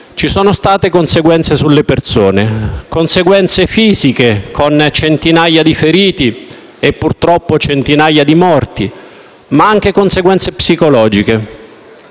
ci sono state conseguenze sulle persone: conseguenze fisiche, con centinaia di feriti e, purtroppo, numerosi morti, ma anche conseguenze psicologiche,